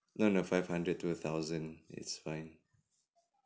no no five hundred to a thousand is fine